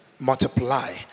multiply